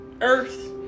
earth